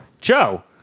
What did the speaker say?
Joe